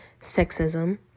sexism